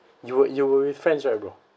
you were you were with friends right bro